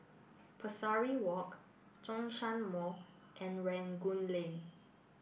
Pesari walk Zhongshan Mall and Rangoon Lane